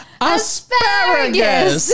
Asparagus